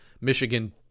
Michigan